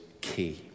key